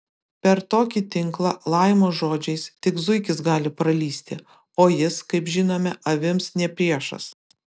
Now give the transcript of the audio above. per tokį tinklą laimo žodžiais tik zuikis gali pralįsti o jis kaip žinome avims ne priešas